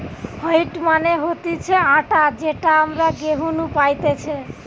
wheat মানে হতিছে আটা যেটা আমরা গেহু নু পাইতেছে